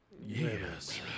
Yes